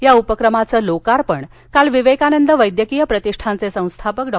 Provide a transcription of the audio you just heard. या उपक्रमाचं लोकार्पण काल विवेकानंद वैद्यकीय प्रतिष्ठानचे संस्थापक डॉ